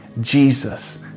Jesus